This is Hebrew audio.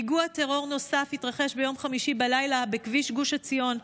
פיגוע טרור נוסף התרחש ביום חמישי בלילה בכביש גוש עציון.